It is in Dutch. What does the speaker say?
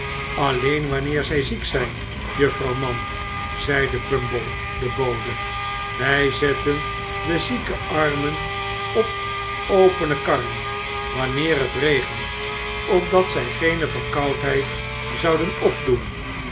alleen wanneer zij ziek zijn juffrouw mann zeide bumble de bode wij zetten de zieke armen op opene karren wanneer het regent opdat zij geene verkoudheid zouden opdoen